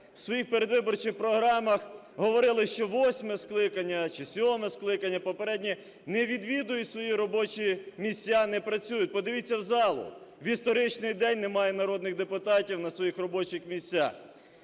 в своїх передвиборчих програмах говорили, що восьме скликання чи сьоме скликання, попередні, не відвідують свої робочі місця, не працюють? Подивіться в залу: в історичний день немає народних депутатів на своїх робочих місцях.